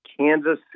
Kansas